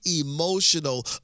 emotional